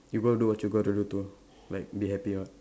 you will do what you got to do to like be happier